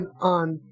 on